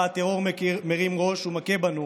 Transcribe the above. שבה הטרור מרים ראש ומכה בנו,